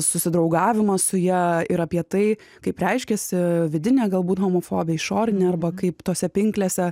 susidraugavimą su ja ir apie tai kaip reiškiasi vidinė galbūt homofobija išorinė arba kaip tose pinklėse